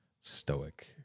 stoic